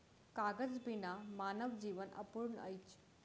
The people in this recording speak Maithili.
कागज बिना मानव जीवन अपूर्ण अछि